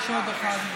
יש עוד אחד.